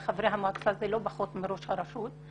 וחברי המועצה הם לא פחות מראש הרשות,